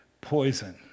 poison